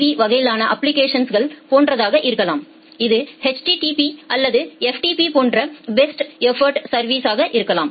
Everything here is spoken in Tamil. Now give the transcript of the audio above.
வி வகையான அப்ப்ளிகேஷன்ஸ் போன்றதாக இருக்கலாம் இது HTTP அல்லது FTP போன்ற பெஸ்ட் எஃபா்ட் சா்விஸ் களாக இருக்கலாம்